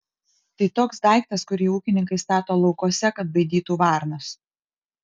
tai toks daiktas kurį ūkininkai stato laukuose kad baidytų varnas